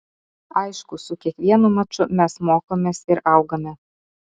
aišku su kiekvienu maču mes mokomės ir augame